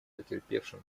потерпевшим